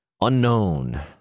unknown